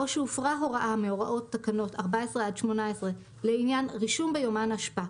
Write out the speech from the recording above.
או שהופרה הוראה מהוראות מתקנות 14 עד 18 לעניין רישום ביומן אשפה,